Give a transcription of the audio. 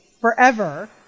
forever